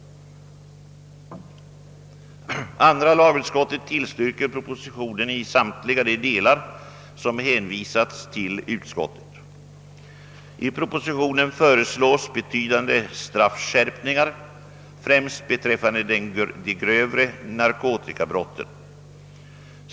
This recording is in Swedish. Andra lagutskottet tillstyrker propositionen i samtliga de delar som hänvisats till utskottet. I propositionen föreslås betydande straffskärpningar, främst beträffande de grövre narkotikabrotten.